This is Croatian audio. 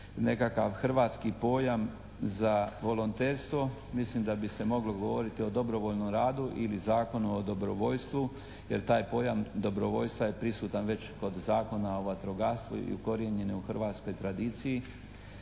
nekakav hrvatski pojam za volonterstvo. Mislim da bi se moglo govoriti o dobrovoljnom radu ili zakonu o dobrovoljstvu, jer taj pojam dobrovoljstva je prisutan već kod Zakona o vatrogastvu i ukorijenjen je u hrvatskoj tradiciji.